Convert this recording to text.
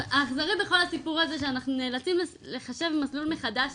האכזרי בכל הסיפור הזה שאנחנו נאלצים לחשב מסלול מחדש